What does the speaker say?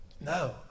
No